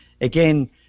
again